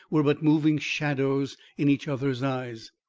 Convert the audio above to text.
were but moving shadows in each other's eyes.